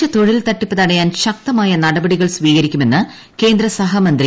വിദേശ തൊഴിൽതട്ടിപ്പ് തടയാൻ ശക്തമായ നടപടികൾ സ്വീകരിക്കുമെന്ന് കേന്ദ്രസഹമന്ത്രി വി